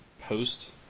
post